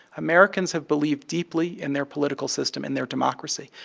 americans have believed deeply in their political system and their democracy,